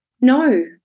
No